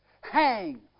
hang